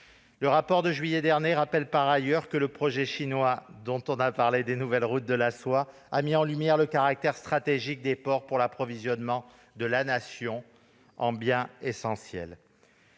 Le rapport de juillet dernier rappelle, par ailleurs, que le projet chinois des nouvelles routes de la soie a mis en lumière le caractère stratégique des ports pour l'approvisionnement de la Nation en biens essentiels.